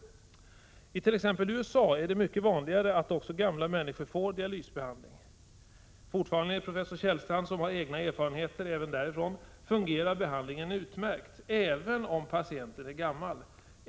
I t.ex. USA är det mycket vanligare att också gamla människor får dialysbehandling. Enligt professor Kjellstrand, som har egna erfarenheter även därifrån, fungerar behandlingen utmärkt även om patienten är gammal.